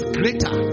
greater